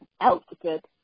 outfit